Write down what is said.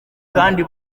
kandi